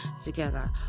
together